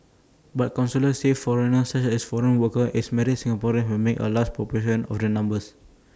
but counsellors say foreigners such as foreign workers and married Singaporeans had made up A large proportion of the numbers